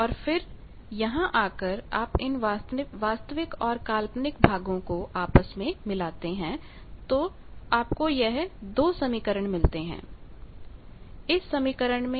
और फिर यहां आकर आप इन वास्तविक और काल्पनिक भागों को आपस में मिलाते हैं तब आपको यह 2 समीकरण मिलते हैं १३१३ समय पर स्लाइड देखें